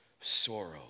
sorrow